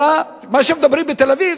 מה שמדברים בתל-אביב,